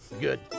Good